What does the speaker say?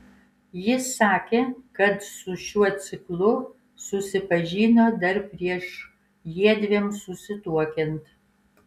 jis sakė kad su šiuo ciklu susipažino dar prieš jiedviem susituokiant